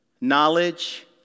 knowledge